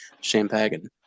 champagne